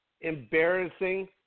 embarrassing